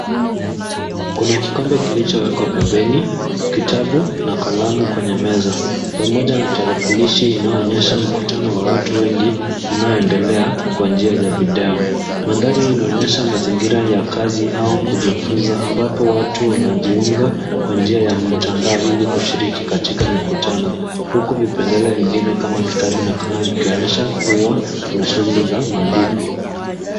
Kuna kikombe kilichowekwa pembeni, kitabu na kalamu kwenye meza. Pamoja na tarakilishi inayoonyesha mkutano wa watu wengi unaoendelea kwa njia ya video. Mandhari hii inaonyesha mazingira ya kazi au kujifunza ambapo watu wanajiunga kwa njia ya mtandao ili kushiriki katika mkutano huku vipengele vingine kama kitabu na kalamu vikionyesha kuwa kuna shughuli za maandiko.